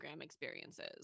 experiences